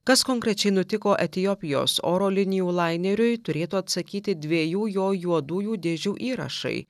kas konkrečiai nutiko etiopijos oro linijų laineriui turėtų atsakyti dviejų jo juodųjų dėžių įrašai